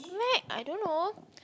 I don't know